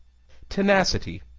tenacity,